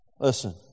listen